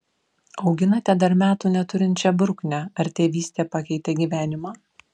auginate dar metų neturinčią bruknę ar tėvystė pakeitė gyvenimą